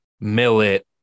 millet